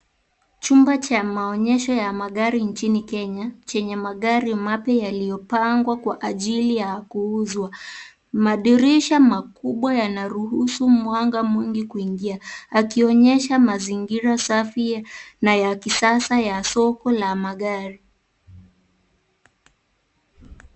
Chumba cha maonyesho ya magari nchini Kenya chenye magari mapya yaliyopangwa kwa ajili ya kuuzwa. Madirisha makubwa yanaruhusu mwanga mwingi kuingia, akionyesha mazingira safi na ya kisasa ya soko la magari.